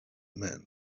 man